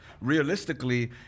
realistically